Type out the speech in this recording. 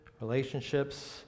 relationships